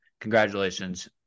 Congratulations